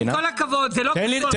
עם כל הכבוד, זה לא קשור.